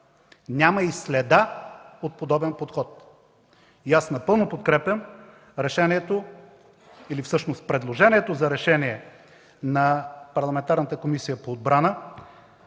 Няма и следа от подобен подход и аз напълно подкрепям решението или всъщност предложението за решение на парламентарната Комисия по отбрана